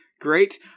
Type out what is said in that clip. Great